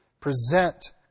present